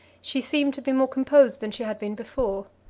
she seemed to be more composed than she had been before.